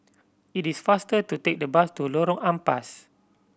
it is faster to take the bus to Lorong Ampas